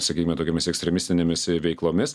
sakykime tokiomis ekstremistinėmis veiklomis